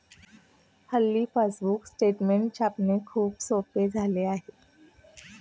हल्ली passbook statement छापणे खूप सोपे झाले आहे